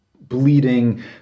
bleeding